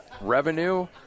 Revenue